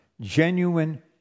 Genuine